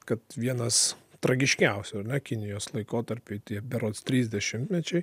kad vienas tragiškiausių ar ne kinijos laikotarpiu tie berods trys dešimtmečiai